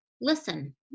listen